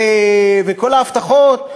וכל ההבטחות,